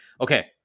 okay